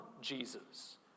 Jesus